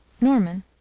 Norman